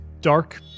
dark